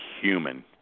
human